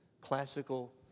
classical